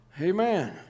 Amen